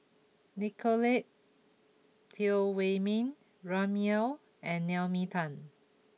Nicolette Teo Wei min Remy Ong and Naomi Tan